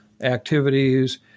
activities